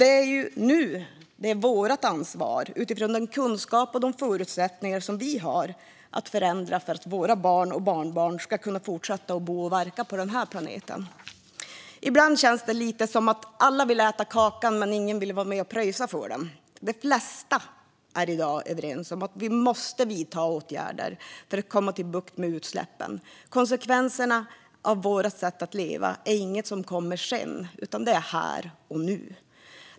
Det är nu vårt ansvar att, utifrån den kunskap och de förutsättningar vi har, förändra så att våra barn och barnbarn ska kunna bo och verka på den här planeten. Ibland känns det lite som att alla vill äta kakan, men ingen vill vara med och pröjsa för den. De flesta är i dag överens om att vi måste vidta åtgärder för att komma till rätta med utsläppen. Konsekvenserna av vårt sätt att leva är inget som kommer sedan. Det är här och nu.